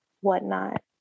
whatnot